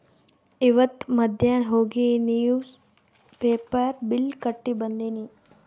ಇವತ್ ಮಧ್ಯಾನ್ ಹೋಗಿ ನಿವ್ಸ್ ಪೇಪರ್ ಬಿಲ್ ಕಟ್ಟಿ ಬಂದಿನಿ